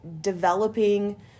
developing